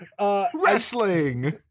Wrestling